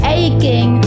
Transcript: aching